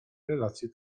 relacje